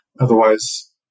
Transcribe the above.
Otherwise